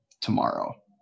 tomorrow